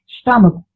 stomach